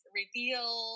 reveal